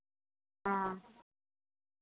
हाँ